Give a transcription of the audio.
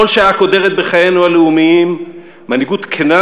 בכל שעה קודרת בחיינו הלאומיים מנהיגות כנה